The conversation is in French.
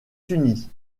tunis